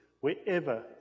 wherever